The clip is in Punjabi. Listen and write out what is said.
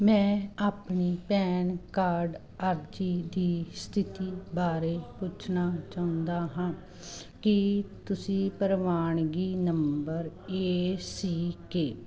ਮੈਂ ਆਪਣੀ ਪੈਨ ਕਾਰਡ ਅਰਜ਼ੀ ਦੀ ਸਥਿਤੀ ਬਾਰੇ ਪੁੱਛਣਾ ਚਾਹੁੰਦਾ ਹਾਂ ਕੀ ਤੁਸੀਂ ਪ੍ਰਵਾਨਗੀ ਨੰਬਰ ਏ ਸੀ ਕੇ